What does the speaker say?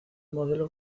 modelo